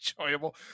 enjoyable